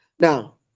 Now